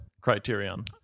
criterion